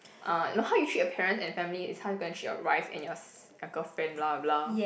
uh no how you treat your parents and family is how you gonna treat your wife and your si~ your girlfriend blah blah